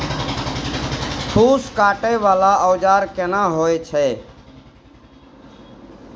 फूस काटय वाला औजार केना होय छै?